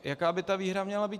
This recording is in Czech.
Jaká by ta výhra měla být?